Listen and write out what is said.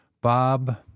Bob